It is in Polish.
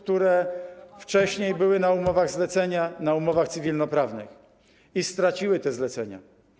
które wcześniej były na umowach-zleceniach, na umowach cywilnoprawnych i straciły te zlecenia.